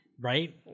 Right